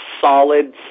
solid